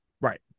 Right